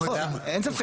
נכון, אין ספק.